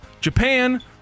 Japan